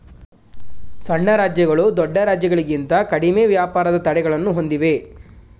ಸಣ್ಣ ರಾಜ್ಯಗಳು ದೊಡ್ಡ ರಾಜ್ಯಗಳಿಂತ ಕಡಿಮೆ ವ್ಯಾಪಾರದ ತಡೆಗಳನ್ನು ಹೊಂದಿವೆ